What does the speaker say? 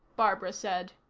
barbara said.